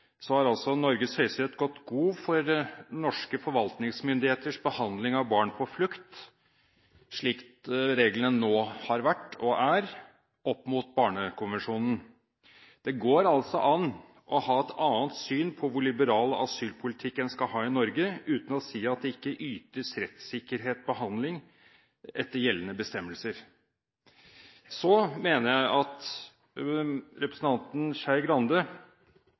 altså Norges høyesterett gått god for norske forvaltningsmyndigheters behandling av barn på flukt, slik reglene nå har vært, og er, opp mot barnekonvensjonen. Det går altså an å ha et annet syn på hvor liberal asylpolitikk en skal ha i Norge, uten å si at det ikke ytes rettssikker behandling etter gjeldende bestemmelser. Så mener jeg at representanten Skei Grande